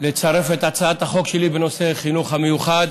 לצרף את הצעת החוק שלי בנושא החינוך המיוחד,